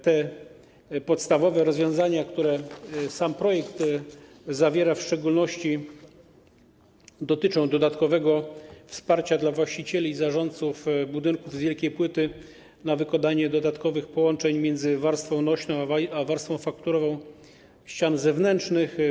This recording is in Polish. Te podstawowe rozwiązania, które zawiera sam projekt, w szczególności dotyczą dodatkowego wsparcia dla właścicieli i zarządców budynków z wielkiej płyty na wykonanie dodatkowych połączeń między warstwą nośną a warstwą fakturową ścian zewnętrznych.